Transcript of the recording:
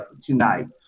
tonight